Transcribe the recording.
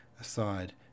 aside